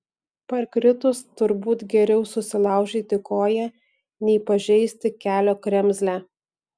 parkritus turbūt geriau susilaužyti koją nei pažeisti kelio kremzlę